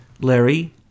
Larry